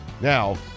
Now